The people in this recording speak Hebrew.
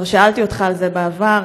כבר שאלתי אותך על זה בעבר,